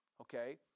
okay